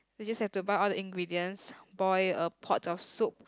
you just have to buy all the ingredients boil a pot of soup